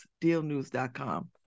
dealnews.com